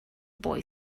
boy